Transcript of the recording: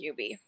QB